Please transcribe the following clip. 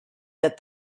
that